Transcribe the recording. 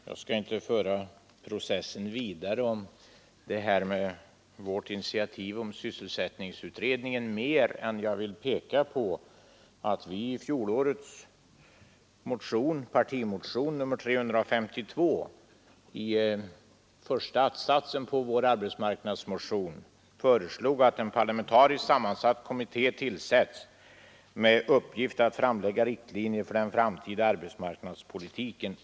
Jag skall här inte föra debatten vidare om hur det var med vårt initiativ till sysselsättningsutredningen utan vill bara peka på att vi i fjolårets partimotion nr 352 i första att-satsen föreslog ”att en parlamentariskt sammansatt kommitté tillsätts med uppgift att framlägga riktlinjer för den framtida arbetsmarknadspolitiken”.